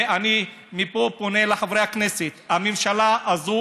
ואני מפה פונה לחברי הכנסת: הממשלה הזאת